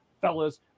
fellas